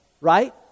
right